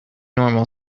normal